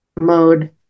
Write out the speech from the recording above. mode